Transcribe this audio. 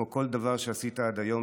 כמו כל דבר שעשית עד היום,